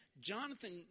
Jonathan